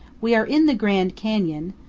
we are in the grand canyon,